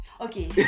Okay